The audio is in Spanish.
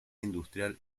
industrial